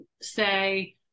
say